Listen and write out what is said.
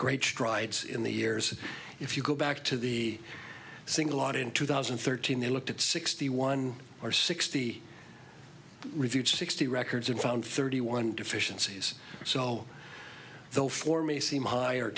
great strides in the years if you go back to the same lot in two thousand and thirteen they looked at sixty one or sixty reviewed sixty records and found thirty one deficiencies so the four may seem hi